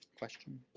question.